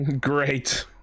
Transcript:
Great